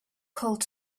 called